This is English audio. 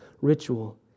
ritual